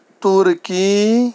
تُرکی